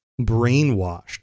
brainwashed